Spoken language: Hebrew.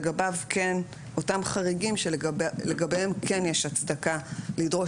אותם חריגים שלגביהם כן יש הצדקה לדרוש